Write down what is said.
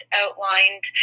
outlined